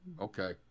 Okay